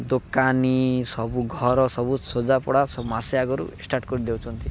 ଦୋକାନୀ ସବୁ ଘର ସବୁ ସଜାପଡ଼ା ସବୁ ମାସେ ଆଗୁରୁ ଷ୍ଟାର୍ଟ କରିଦେଉଛନ୍ତି